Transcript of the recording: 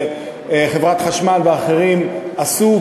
וחברת החשמל ואחרים עשו,